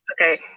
Okay